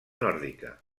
nòrdica